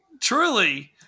Truly